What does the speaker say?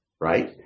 right